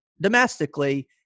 domestically